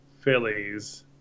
Phillies